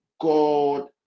God